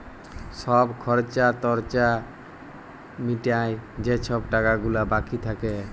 ছব খর্চা টর্চা মিটায় যে ছব টাকা গুলা বাকি থ্যাকে